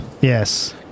Yes